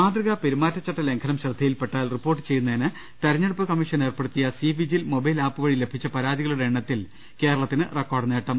മാതൃകാ പെരുമാറ്റച്ചട്ട ലംഘനം ശ്രദ്ധയിൽപ്പെട്ടാൽ റിപ്പോർട്ട് ചെയ്യുന്നതിന് തെരഞ്ഞെടുപ്പ് കമ്മീഷൻ ഏർപ്പെടുത്തിയ സി വിജിൽ മൊബൈൽ ആപ്പ് വഴി ലഭിച്ച പരാതികളുടെ എണ്ണത്തിൽ കേരളത്തിന് റെക്കോർഡ് നേട്ടം